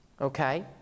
Okay